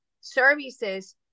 services